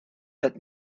let